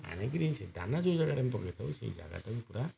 ଆଣିକିରି ସେ ଦାନା ଯେଉଁ ଜାଗାରେ ଆମେ ପକେଇଥାଉ ସେଇ ଜାଗାଟାକୁ ପୁରା